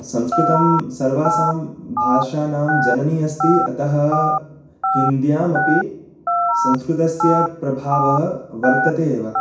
संस्कृतं सर्वासां भाषाणां जननी अस्ति अतः हिन्द्यामपि संस्कृतस्य प्रभावः वर्तते एव